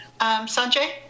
sanjay